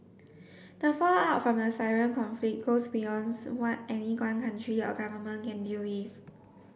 the fallout from the Syrian conflict goes beyonds what any one country or government can deal with